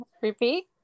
Repeat